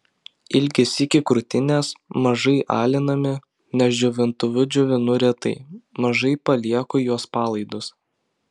ilgis iki krūtinės mažai alinami nes džiovintuvu džiovinu retai mažai palieku juos palaidus